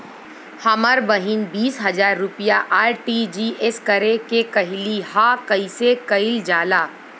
हमर बहिन बीस हजार रुपया आर.टी.जी.एस करे के कहली ह कईसे कईल जाला?